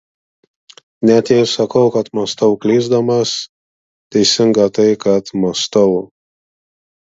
net jei sakau kad mąstau klysdamas teisinga tai kad mąstau